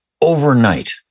overnight